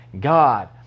God